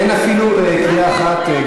אין אפילו קריאה אחת,